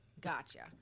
gotcha